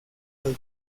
los